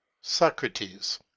socrates